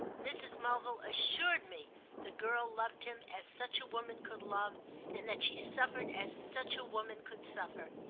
mrs. mulville assured me the girl loved him as such a woman could love and that she suffered as such a woman could suffer.